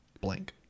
Blank